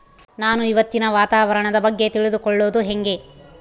ನಾನು ಇವತ್ತಿನ ವಾತಾವರಣದ ಬಗ್ಗೆ ತಿಳಿದುಕೊಳ್ಳೋದು ಹೆಂಗೆ?